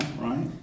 right